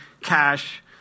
cash